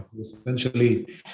Essentially